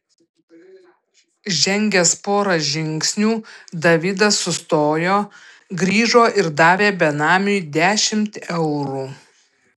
žengęs porą žingsnių davidas sustojo grįžo ir davė benamiui dešimt eurų